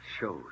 Shows